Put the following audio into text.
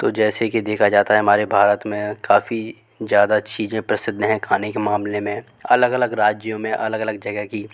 तो जैसे कि देखा जाता है हमारे भारत में काफ़ी ज़्यादा चीज़ें प्रसिद्ध हैं खाने के मामले में अलग अलग राज्यों में अलग अलग जगह की